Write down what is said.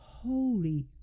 Holy